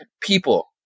people